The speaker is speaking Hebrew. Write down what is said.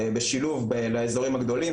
בשילוב לאזורים הגדולים,